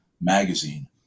magazine